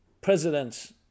presidents